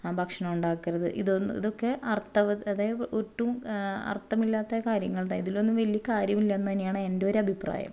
ആ ഭക്ഷണം ഉണ്ടാക്കരുത് ഇതൊന്നും ഇതൊക്കെ അർത്ഥം അതായത് ഒട്ടും അർത്ഥമില്ലാത്ത കാര്യങ്ങളാണ് ഇതിലൊന്നും വലിയ കാര്യമില്ലെന്ന് തന്നെയാണ് എൻ്റെ ഒരു അഭിപ്രായം